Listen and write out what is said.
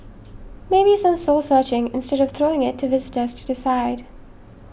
maybe some soul searching instead of throwing it to visitors to decide